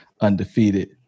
undefeated